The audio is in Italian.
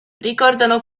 ricordano